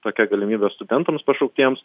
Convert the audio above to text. tokia galimybė studentams pašauktiems